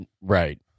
right